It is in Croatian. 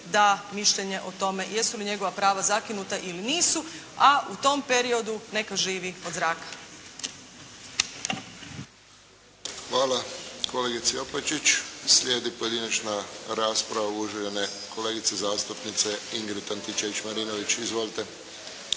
da mišljenje o tome jesu li njegova prava zakinuta ili nisu. A u tom periodu neka živi od zraka. **Friščić, Josip (HSS)** Hvala kolegici Opačić. Slijedi pojedinačna rasprava uvažene kolegice zastupnice Ingrid Antičević-Marinović. Izvolite.